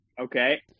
Okay